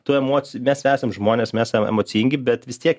tų emoci mes esam žmonės mes em emocingi bet vis tiek